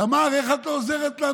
תמר, איך את לא עוזרת לנו?